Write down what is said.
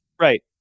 right